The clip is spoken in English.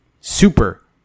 Super